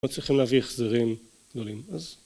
לא צריכים להביא החזרים גדולים. אז